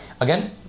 Again